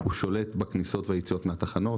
שולט בכניסות ויציאות מהתחנות,